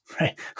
right